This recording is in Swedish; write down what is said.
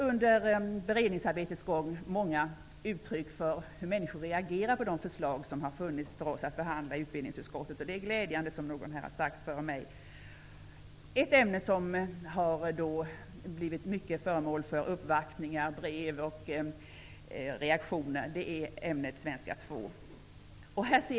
Under beredningsarbetets gång har vi fått många uttryck för hur människor reagerar på de förslag som vi i utbildningsutskottet har haft att behandla, och det är glädjande. Ett ämne som har föranlett uppvaktningar och blivit föremål för brev och reaktioner är svenska 2.